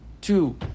two